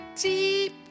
Deep